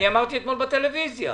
אמרתי אתמול בטלוויזיה,